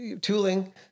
tooling